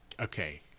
okay